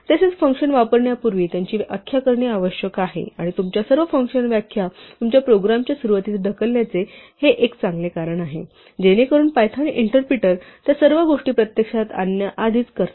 तसेच फंक्शन्स वापरण्यापूर्वी त्यांची व्याख्या करणे आवश्यक आहे आणि तुमच्या सर्व फंक्शन व्याख्या तुमच्या प्रोग्रामच्या सुरूवातीस ढकलण्याचे हे एक चांगले कारण आहे जेणेकरुन पायथन इंटरप्रिटर त्या सर्व गोष्टी प्रत्यक्षात आणण्याआधीच करतात